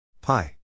Pi